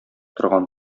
торган